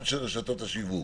גם של רשתות השיווק